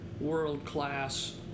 world-class